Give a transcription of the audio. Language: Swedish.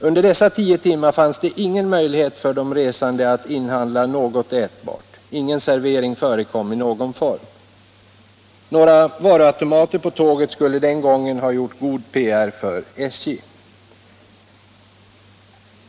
Under dessa tio timmar fanns det ingen möjlighet för de resande att inhandla något ätbart. Ingen servering förekom i någon form. Några varuautomater på tåget skulle den gången ha gjort god PR för SJ.